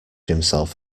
himself